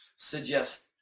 Suggest